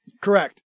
Correct